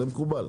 זה מקובל.